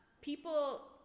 people